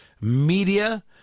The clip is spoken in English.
media